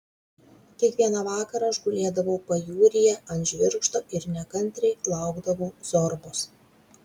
kiekvieną vakarą aš gulėdavau pajūryje ant žvirgždo ir nekantriai laukdavau zorbos